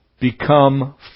become